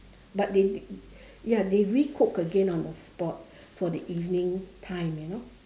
but they ya they recook again on the spot for the evening time you know